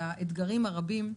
והאתגרים הרבים.